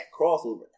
crossover